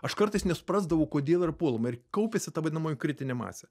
aš kartais nesuprasdavau kodėl yra puolama ir kaupėsi ta vadinamoji kritinė masė